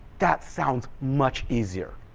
that sounds much easier.